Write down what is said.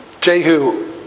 Jehu